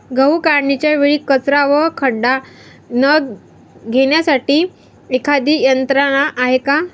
गहू काढणीच्या वेळी कचरा व खडा न येण्यासाठी एखादी यंत्रणा आहे का?